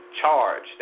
charge